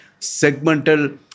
segmental